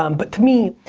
um but to me,